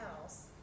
house